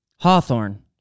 Hawthorne